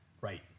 right